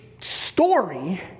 story